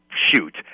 shoot